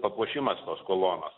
papuošimas tos kolonos